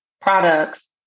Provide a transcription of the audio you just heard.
products